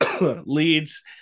leads